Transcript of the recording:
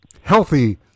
healthy